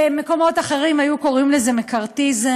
במקומות אחרים היו קוראים לזה מקארתיזם,